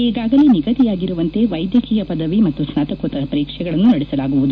ಈಗಾಗಲೇ ನಿಗದಿಯಾಗಿರುವಂತೆ ವೈದ್ಯಕೀಯ ಪದವಿ ಮತ್ತು ಸ್ನಾತಕೋತ್ತರ ಪರೀಕ್ಷೆಗಳನ್ನು ನಡೆಸಲಾಗುವುದು